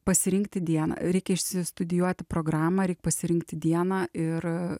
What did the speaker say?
pasirinkti dieną reikia išstudijuoti programą reik pasirinkti dieną ir